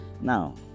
Now